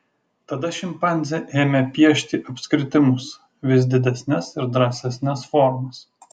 tada šimpanzė ėmė piešti apskritimus vis didesnes ir drąsesnes formas